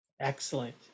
Excellent